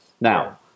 Now